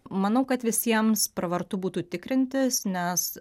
manau kad visiems pravartu būtų tikrintis nes